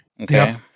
Okay